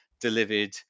delivered